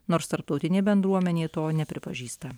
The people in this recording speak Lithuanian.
nors tarptautinė bendruomenė to nepripažįsta